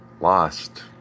lost